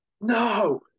no